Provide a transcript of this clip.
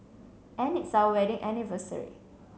and it's our wedding anniversary